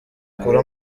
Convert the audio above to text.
ukura